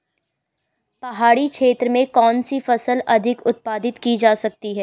पहाड़ी क्षेत्र में कौन सी फसल अधिक उत्पादित की जा सकती है?